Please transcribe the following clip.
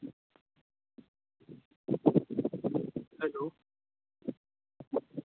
hello